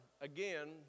again